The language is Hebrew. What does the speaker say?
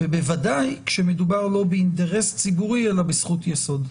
ובוודאי כשמדובר לא באינטרס ציבורי אלא בזכות יסוד.